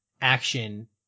action